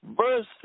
Verse